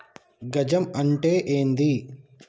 గజం అంటే ఏంది?